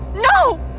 No